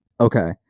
Okay